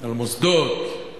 על מוסדות